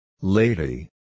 Lady